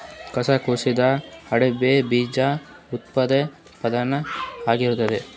ಹೊಸ ಕೃಷಿದಾಗ ಹೈಬ್ರಿಡ್ ಬೀಜ ಉತ್ಪಾದನೆ ಪ್ರಧಾನ ಆಗಿರತದ